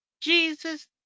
Jesus